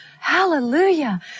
Hallelujah